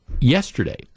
yesterday